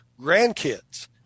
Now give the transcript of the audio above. grandkids